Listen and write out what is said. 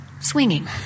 swinging